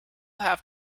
have